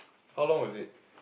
how long was it